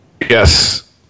Yes